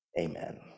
Amen